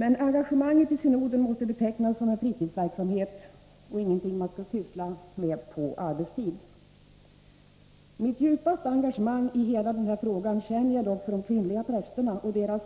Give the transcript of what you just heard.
Men engagemanget i synoden måste betecknas som en fritidsverksamhet och ingenting som man skall ägna sig åt på arbetstid. Mitt djupaste engagemang i hela denna fråga känner jag dock för de kvinnliga prästerna och deras